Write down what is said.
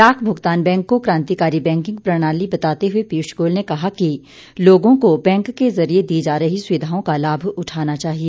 डाक भुगतान बैंक को क्रांतिकारी बैंकिंग प्रणाली बताते हुए पीयूष गोयल ने कहा कि लोगों को बैंक के जरिए दी जा रही सुविधाओं का लाभ उठाना चाहिए